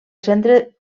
centre